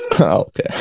Okay